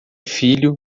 filho